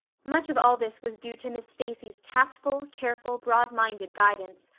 much of all this was due to miss stacy's tactful, careful, broadminded guidance.